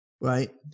right